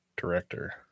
Director